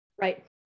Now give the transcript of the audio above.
Right